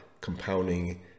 compounding